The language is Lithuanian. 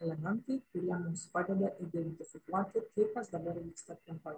elementai kurie mums padeda identifikuoti tai kas dabar vyksta aplinkoje